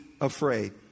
Afraid